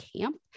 camp